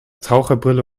taucherbrille